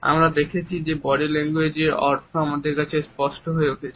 আমরা দেখছি যে বডি ল্যাঙ্গুয়েজ এর অর্থ আমাদের কাছে স্পষ্ট হয়ে উঠছে